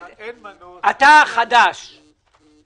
אין אפשרות לממן אותן כי התקציב ההמשכי אינו מספיק לכל ההתקשרויות.